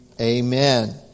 amen